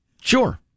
Sure